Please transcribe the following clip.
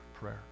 prayer